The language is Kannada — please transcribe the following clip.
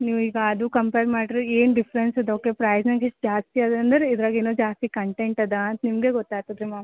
ನೀವು ಈಗ ಅದು ಕಂಪೇರ್ ಮಾಡ್ದ್ರೆ ಏನು ಡಿಫ್ರೆನ್ಸ್ ಅದು ಅವಕ್ಕೆ ಪ್ರೈಸ್ನಾಗೆ ಇಷ್ಟು ಜಾಸ್ತಿ ಇದೆ ಅಂದ್ರೆ ಇದ್ರಾಗೆ ಏನೋ ಜಾಸ್ತಿ ಕಂಟೆಂಟ್ ಇದೆ ಅಂತ ನಿಮಗೇ ಗೊತ್ತಾಗ್ತದೆ ರೀ ಮ್ಯಾಮ್